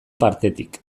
partetik